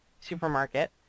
supermarket